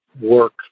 work